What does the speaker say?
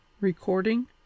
Recording